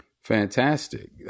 Fantastic